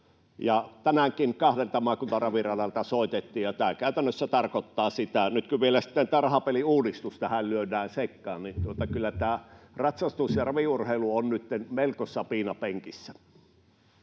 Tänäänkin kahdelta maakuntaraviradalta soitettiin. Tämä käytännössä tarkoittaa sitä — nyt kun sitten vielä tämä rahapeliuudistus tähän lyödään sekaan — että kyllä ratsastus ja raviurheilu ovat nytten melkoisessa piinapenkissä.